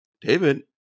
David